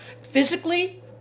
Physically